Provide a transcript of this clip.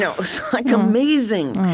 yeah it was like amazing.